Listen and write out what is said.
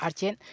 ᱟᱨ ᱪᱮᱫ